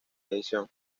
edición